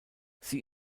sie